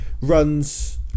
runs